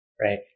right